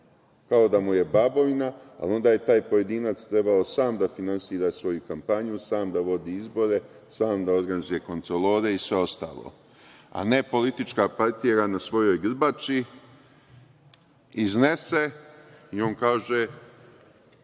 kao da mu je babovina, ali onda je taj pojedinac trebao sam da finansira svoju kampanju, sam da vodi izbore, sam da organizuje kontrolore, i sve ostalo, a ne politička partija na svojoj grbači iznese i on kaže